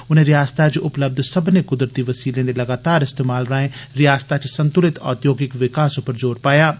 उनें रिआसता च उपलब्ध सब्मनें कुदरती वसीलें दे लगातार इस्तेमाल राएं रिआसत च संतुलित औद्योगिक विकास उप्पर जोर पाया ऐ